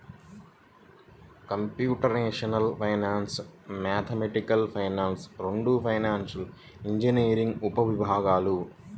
computational finance, mathematical finance రెండూ financial engineering ఉపవిభాగాలు